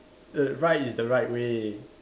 the right is the right way